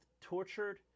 Tortured